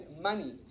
money